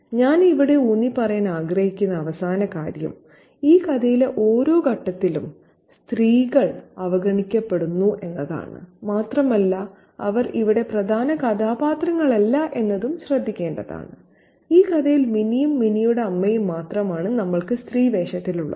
ഞാൻ ഇവിടെ ഊന്നിപ്പറയാൻ ആഗ്രഹിക്കുന്ന അവസാന കാര്യം ഈ കഥയിലെ ഓരോ ഘട്ടത്തിലും സ്ത്രീകൾ അവഗണിക്കപ്പെടുന്നു എന്നതാണ് മാത്രമല്ല അവർ ഇവിടെ പ്രധാന കഥാപാത്രങ്ങളല്ല എന്നതും ശ്രദ്ധിക്കേണ്ടതാണ് ഈ കഥയിൽ മിനിയും മിനിയുടെ അമ്മയും മാത്രമാണ് നമ്മൾക്ക് സ്ത്രീ വേഷത്തിലുള്ളത്